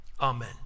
Amen